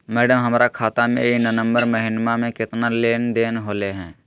madam, हमर खाता में ई नवंबर महीनमा में केतना के लेन देन होले है